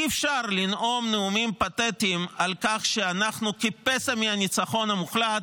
אי אפשר לנאום נאומים פתטיים על כך שאנחנו כפסע מהניצחון המוחלט,